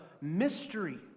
mystery